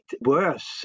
worse